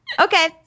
okay